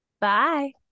Bye